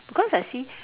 because I see